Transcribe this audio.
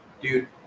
dude